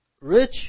rich